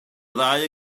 ddau